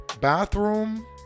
bathroom